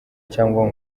cyangwa